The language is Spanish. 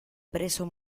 preso